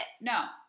No